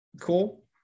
Cool